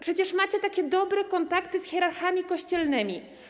Przecież macie takie dobre kontakty z hierarchami kościelnymi.